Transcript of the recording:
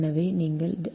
எனவே நீங்கள் ʎa 0